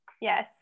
Yes